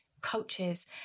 coaches